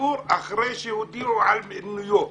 איתור אחרי שהודיעו על מינויו.